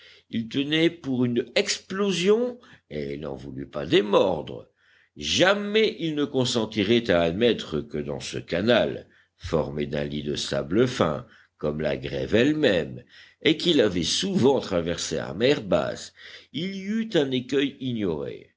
il tenait pour une explosion et il n'en voulut pas démordre jamais il ne consentirait à admettre que dans ce canal formé d'un lit de sable fin comme la grève elle-même et qu'il avait souvent traversé à mer basse il y eût un écueil ignoré